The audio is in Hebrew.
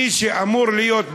מי שאמור להיות,